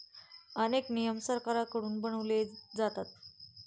अनेक नियम सरकारकडून बनवले जातात